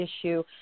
issue